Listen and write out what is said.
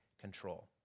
control